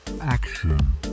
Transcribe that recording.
Action